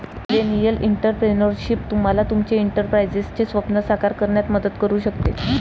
millennial entrepreneurship तुम्हाला तुमचे एंटरप्राइझचे स्वप्न साकार करण्यात मदत करू शकते